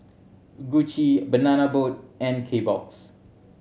Gucci Banana Boat and Kbox